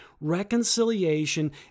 reconciliation